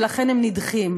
ולכן הם נדחים.